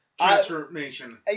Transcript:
transformation